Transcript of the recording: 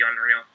unreal